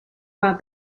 about